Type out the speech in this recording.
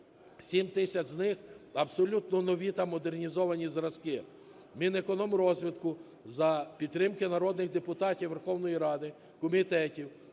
7 тисяч з них – абсолютно нові та модернізовані зразки. Мінекономрозвитку за підтримки народних депутатів Верховної Ради, комітетів,